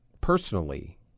personally